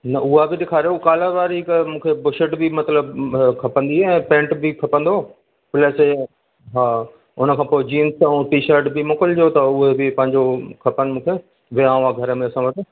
न उहा बि ॾेखारियो उहा कॉलर वारी हिकु मूंखे बुशेट बि मतलबु अ खपंदी ऐं पैंट बि खपंदो हो उलसे हा उनखां पोइ जींस ऐं टी शर्ट बि मोकिलिजो त उहे बि पंहिंजो खपनि मूंखे व्याउं आहे घर में असां वटि